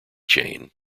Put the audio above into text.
chain